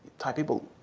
thai people,